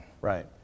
Right